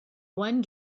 one